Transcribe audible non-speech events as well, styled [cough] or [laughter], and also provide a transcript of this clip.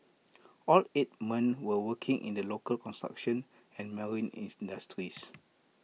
all eight men were working in the local construction and marine [unintelligible] industries